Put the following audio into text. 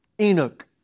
Enoch